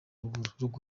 ruguru